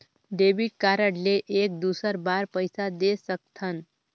Debit card ले एक दुसर बार पइसा दे सकथन?